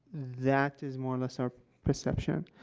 that is, more or less, our perception.